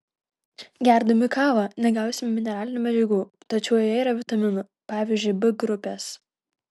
gerdami kavą negausime mineralinių medžiagų tačiau joje yra vitaminų pavyzdžiui b grupės